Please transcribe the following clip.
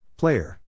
Player